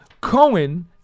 Cohen